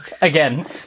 Again